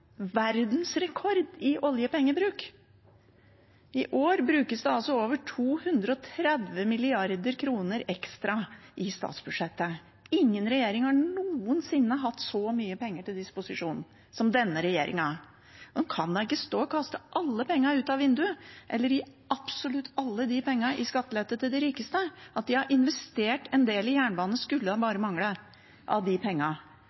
i oljepengebruk. I år brukes det over 230 mrd. kr ekstra i statsbudsjettet. Ingen regjering har noensinne hatt så mye penger til disposisjon som denne regjeringen. Man kan da ikke stå og kaste alle pengene ut av vinduet, eller gi absolutt alle pengene i skattelette til de rikeste. At de har investert en del av pengene i jernbane, skulle bare mangle, så vi får noe varig igjen for pengene.